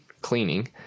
cleaning